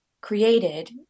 created